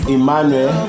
Emmanuel